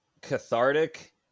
cathartic